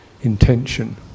intention